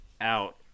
out